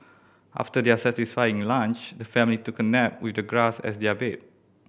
after their satisfying lunch the family took a nap with the grass as their bed